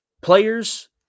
Players